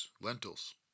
lentils